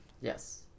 Yes